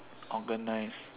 organized